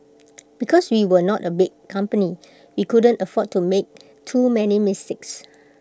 because we were not A big company we couldn't afford to make too many mistakes